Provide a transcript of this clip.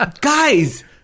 Guys